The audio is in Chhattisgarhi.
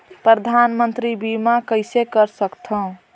परधानमंतरी बीमा कइसे कर सकथव?